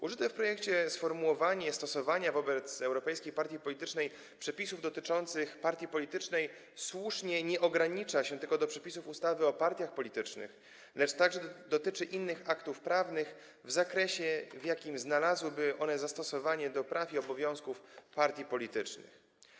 Użyte w projekcie sformułowanie stosowania wobec europejskiej partii politycznej przepisów dotyczących partii politycznej słusznie nie ogranicza się tylko do przepisów ustawy o partiach politycznych, dotyczy także innych aktów prawnych w zakresie, w jakim znalazłyby one zastosowanie do praw i obowiązków partii politycznych.